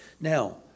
Now